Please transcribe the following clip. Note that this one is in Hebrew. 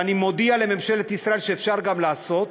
ואני מודיע לממשלת ישראל שאפשר גם לעשות